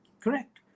correct